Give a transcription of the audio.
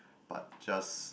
but just